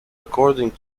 according